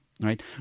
right